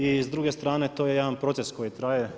I s druge strane to je jedan proces koji traje.